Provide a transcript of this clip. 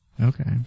Okay